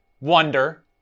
wonder